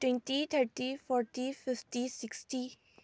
twenty thirty forty fifty sixty